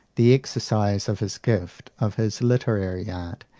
the exercise of his gift, of his literary art,